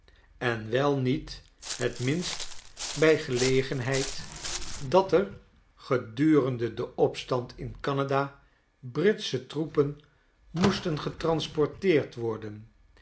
en wel niet het minst bij gelegenheid dat er gedurende den opstand in canada britsche troepen moesten getransporteerd worden